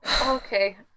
Okay